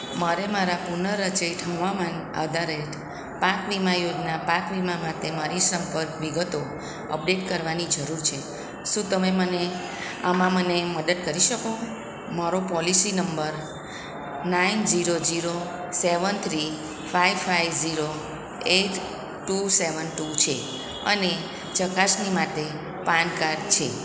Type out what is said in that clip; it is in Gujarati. મારે મારા પુનઃરચિત હવામાન આધારિત પાક વીમા યોજના પાક વીમા માટે મારી સંપર્ક વિગતો અપડેટ કરવાની જરૂર છે શું તમે મને આમાં મને મદદ કરી શકો મારો policy number nine zero zero seven three five five zero eight two seven two છે અને ચકાસણી માટે પાનકાર્ડ છે